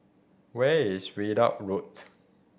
where is Ridout Road